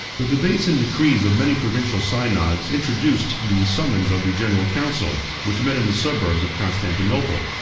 the debates and decrees of many provincial synods introduced the summons of the general council which met in the suburbs of constantinople,